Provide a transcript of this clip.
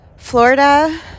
florida